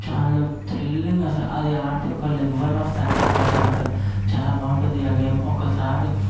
దానిలో త్రిల్లింగ్ అసలు అది ఆడితే ఒక లెవల్ ఆఫ్ సాటిస్ఫ్యాక్షన్ అసలు చాలా బాగుంటుంది ఆ గేమ్ ఒక్కసారి